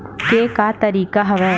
के का तरीका हवय?